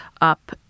up